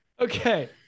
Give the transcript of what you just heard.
Okay